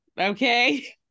okay